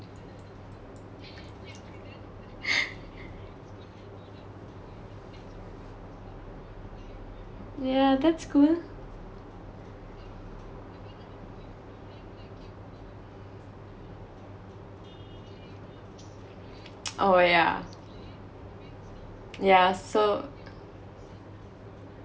yeah that's cool oh yeah yeah so